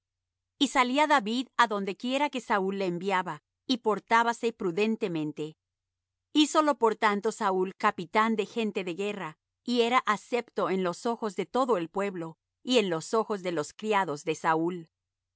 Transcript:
y salía david á donde quiera que saúl le enviaba y portábase prudentemente hízolo por tanto saúl capitán de gente de guerra y era acepto en los ojos de todo el pueblo y en los ojos de los criados de saúl